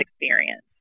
experience